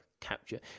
capture